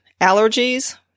allergies